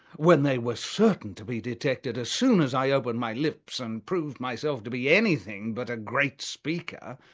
when they were certain to be detected as soon as i opened my lips and proved myself to be anything but a great speaker,